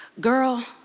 girl